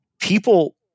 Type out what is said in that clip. people